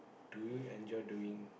do you enjoy doing